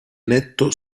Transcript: netto